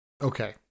Okay